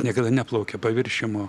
niekada neplaukia paviršium o